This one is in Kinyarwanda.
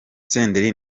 senderi